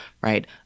right